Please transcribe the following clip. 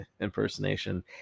impersonation